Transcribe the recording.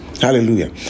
hallelujah